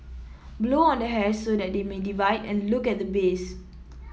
blow on the hairs so that they divide and look at the base